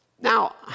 Now